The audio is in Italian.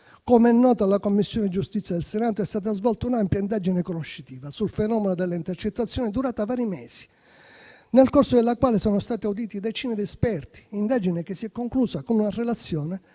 com'è noto, in Commissione giustizia al Senato è stata svolta un'ampia indagine conoscitiva sul fenomeno delle intercettazioni, durata vari mesi, nel corso della quale sono state audite decine di esperti e che si è conclusa con una relazione